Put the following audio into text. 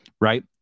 right